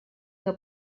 que